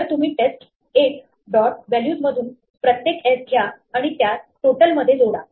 तर तुम्ही test 1 dot values मधून प्रत्येक s घ्या आणि त्यास टोटल मध्ये जोडा